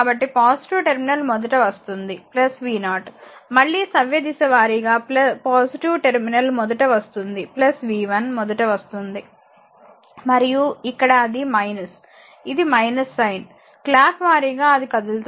కాబట్టి టెర్మినల్ మొదట వస్తుంది v0 మళ్ళీ సవ్యదిశ వారీగా టెర్మినల్ మొదట వస్తుంది v1 మొదట వస్తుంది మరియు ఇక్కడ అది ఇది సైన్ క్లాక్ వారీగా అలా కదులుతోంది v 2 0